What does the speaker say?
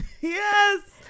yes